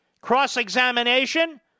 cross-examination